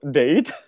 date